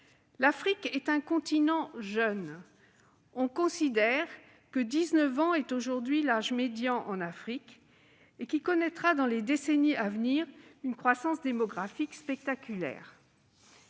L'Afrique est un continent jeune- on considère que 19 ans y est aujourd'hui l'âge médian -, qui connaîtra, dans les décennies à venir, une croissance démographique spectaculaire.